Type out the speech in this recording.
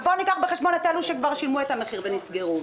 בוא ניקח בחשבון את אלה שכבר שילמו את המחיר וסגרו.